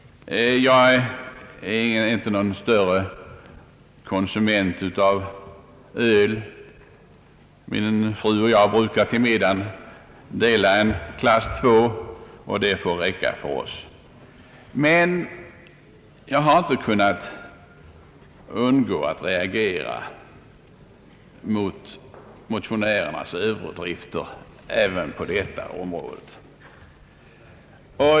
Jag är inte någon större konsument av öl. Min fru och jag brukar till middagen dela en klass II. Det får räcka för oss. Men jag har inte kunnat undgå att reagera mot motionärernas överdrifter även på detta område.